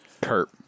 Kurt